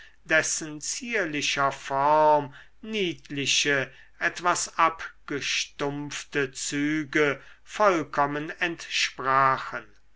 dessen zierlicher form niedliche etwas abgestumpfte züge vollkommen entsprachen